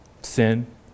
sin